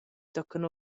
tochen